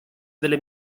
delle